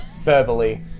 verbally